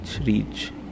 reach